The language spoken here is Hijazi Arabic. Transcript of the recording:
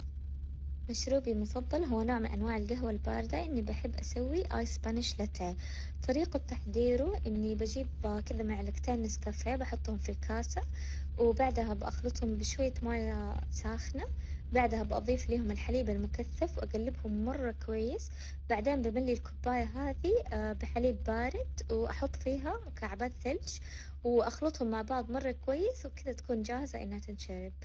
مشروبي المفضل هو نوع من أنواع القهوة الباردة إني بحب أسوي آي سيانش لاتيه، طريقة تحضيره إني بجيب كذا معلقتين نسكافيه بحطهم في الكاسة وبعدها بخلطهم بشوية ماية ساخنة، بعدها بأظيف عليهم الحليب المكثف وأقلبهم مرة كويس، بعدين بملي الكوباية هذي بحليب بارد وأحط فيها مكعبات ثلج وأخلطهم مع بعظ مرة كويس، وكذا تكون جاهزة إنها تنشرب.